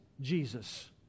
Jesus